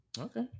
Okay